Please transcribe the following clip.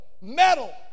metal